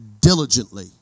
diligently